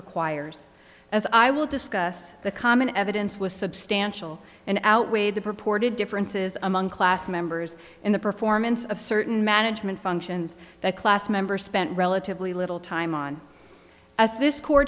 requires as i will discuss the common evidence with substantial and outweigh the purported differences among class members in the performance of certain management functions that class member spent relatively little time on as this